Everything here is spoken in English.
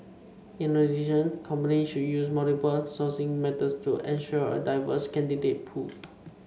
in addition companies should use multiple sourcing methods to ensure a diverse candidate pool